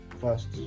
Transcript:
first